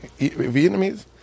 Vietnamese